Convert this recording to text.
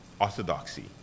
orthodoxy